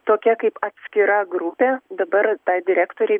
tokia kaip atskira grupė dabar tai direktorei